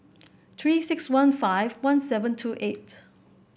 Three six one five one seven two eight